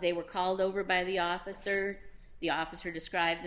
they were called over by the officer the officer described